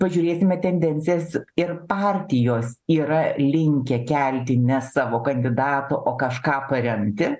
pažiūrėsime tendencijas ir partijos yra linkę kelti ne savo kandidato o kažką paremti